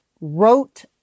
wrote